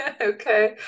okay